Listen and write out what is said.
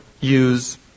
use